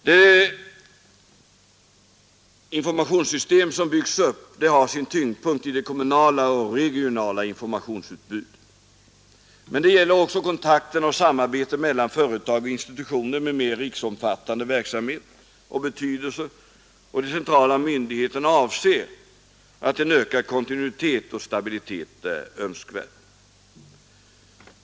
Det informationssystem som byggs upp har sin tyngdpunkt i det kommunala och regionala informationsutbudet men det gäller här också kontakterna och samarbetet mellan företag och institutioner med mer riksomfattande verksamhet och betydelse, och de centrala myndigheterna anser att en ökad kontinuitet och stabilitet är önskvärd.